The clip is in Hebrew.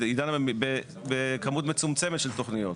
היא דנה בכמות מצומצמת של תוכניות.